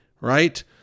right